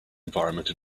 environment